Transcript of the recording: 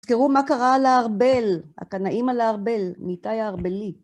תזכרו מה קרה על הארבל, הקנאים על הארבל, ניתאי הארבלי.